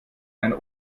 ein